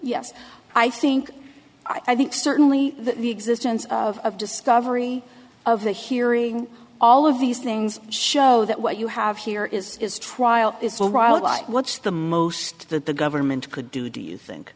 yes i think i think certainly the existence of discovery of the hearing all of these things show that what you have here is is trial what's the most that the government could do do you think